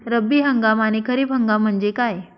रब्बी हंगाम आणि खरीप हंगाम म्हणजे काय?